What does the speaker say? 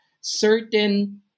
certain